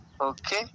Okay